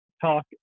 talk